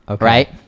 right